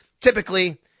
typically